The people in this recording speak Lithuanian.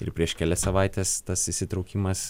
ir prieš kelias savaites tas įsitraukimas